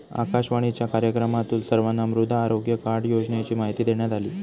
आकाशवाणीच्या कार्यक्रमातून सर्वांना मृदा आरोग्य कार्ड योजनेची माहिती देण्यात आली